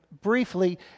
briefly